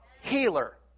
Healer